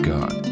God